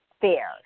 fair